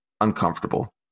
uncomfortable